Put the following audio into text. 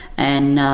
and